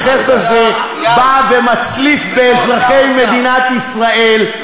החטא הזה בא ומצליף באזרחי מדינת ישראל.